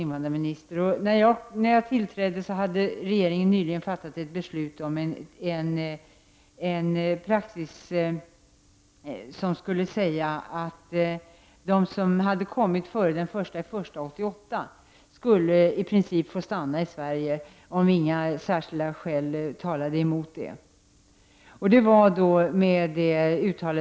När jag tillträdde hade regeringen nyligen fattat beslut om en praxis som innebar att de flyktingar som hade kommit till Sverige före den 1 januari 1988 i princip fick stanna i Sverige, om inga särskilda skäl talade emot det.